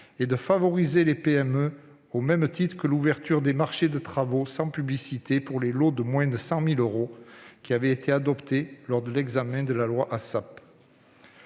et de favoriser les PME, au même titre que l'ouverture des marchés de travaux sans publicité pour les lots de moins de 100 000 euros, adoptée lors de l'examen de la loi du